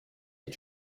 est